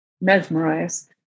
mesmerized